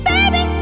Baby